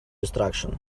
destruction